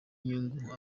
nyungu